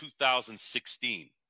2016 –